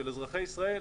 של אזרחי ישראל,